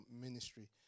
ministry